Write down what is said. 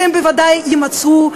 שהם בוודאי יימצאו,